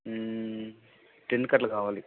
టెన్కి అట్లా కావాలి